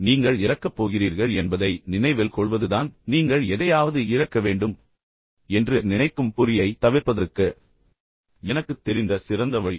நீங்கள் இறக்கப் போகிறீர்கள் என்பதை நினைவில் கொள்வதுதான் நீங்கள் எதையாவது இழக்க வேண்டும் என்று நினைக்கும் பொறியைத் தவிர்ப்பதற்கு எனக்குத் தெரிந்த சிறந்த வழி